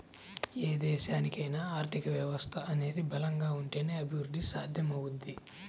ఏ దేశానికైనా ఆర్థిక వ్యవస్థ అనేది బలంగా ఉంటేనే అభిరుద్ధి సాధ్యమవుద్ది